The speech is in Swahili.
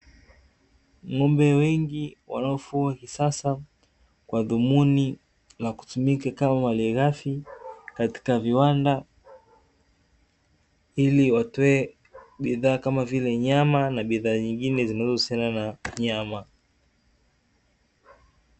Ng’ombe wengi wanaofugwa kisasa kwa dhumuni la kutumika kama malighafi katika viwanda, ili watoe bidhaa kama vile nyama na bidhaa nyingine zinazohusiana na nyama.